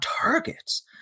targets